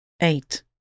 Eight